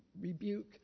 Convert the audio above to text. rebuke